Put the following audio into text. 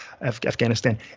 afghanistan